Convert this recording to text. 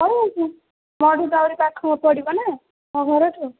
କ'ଣ ହେଇଛି ମୋଠୁ ତ ଆହୁରି ପାଖ ପଡ଼ିବ ନା ମୋ ଘରଠୁ